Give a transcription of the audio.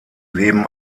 leben